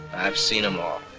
i've seen em all.